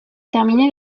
terminé